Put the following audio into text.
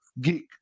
geek